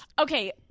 Okay